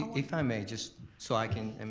if i may, just so i can, and